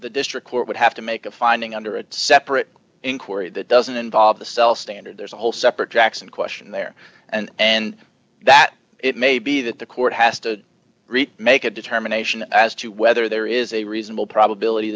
the district court would have to make a finding under a separate inquiry that doesn't involve the cell standard there's a whole separate jackson question there and and that it may be that the court has to make a determination as to whether there is a reasonable probability